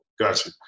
Gotcha